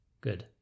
Good